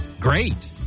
great